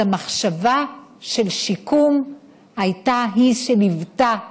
אז המחשבה של שיקום היא שניווטה אותך,